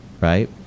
right